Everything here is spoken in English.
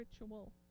ritual